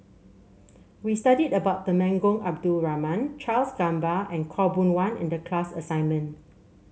we studied about Temenggong Abdul Rahman Charles Gamba and Khaw Boon Wan in the class assignment